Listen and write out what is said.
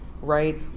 right